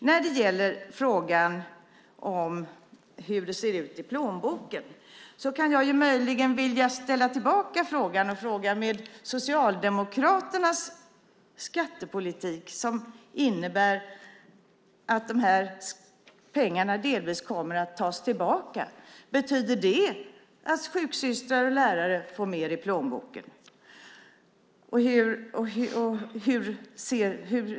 När det gäller frågan om hur det ser ut i plånboken kan jag möjligen vilja ställa frågan tillbaka, om Socialdemokraternas skattepolitik innebär att de här pengarna delvis kommer att tas tillbaka: Betyder det att sjuksystrar och lärare får mer i plånboken?